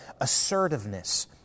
assertiveness